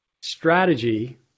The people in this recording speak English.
strategy